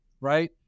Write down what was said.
right